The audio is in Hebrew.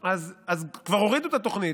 כבר הורידו את התוכנית,